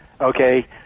Okay